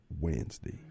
Wednesday